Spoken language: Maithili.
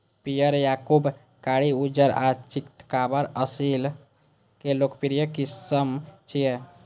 पीयर, याकूब, कारी, उज्जर आ चितकाबर असील के लोकप्रिय किस्म छियै